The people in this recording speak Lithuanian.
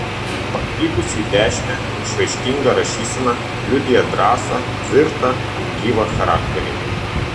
pakrypusi į dešinę išraiškinga rašysena liudija drąsą tvirtą ir gyvą charakterį